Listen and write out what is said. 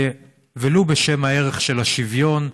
ולו בשם ערך השוויון.